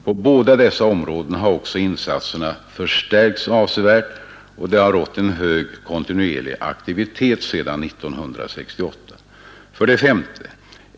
På båda dessa områden har också insatserna förstärkts avsevärt, och det har rått en hög kontinuerlig aktivitet sedan 1968. 5.